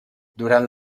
durant